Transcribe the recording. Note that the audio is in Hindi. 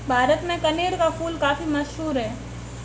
भारत में कनेर का फूल काफी मशहूर है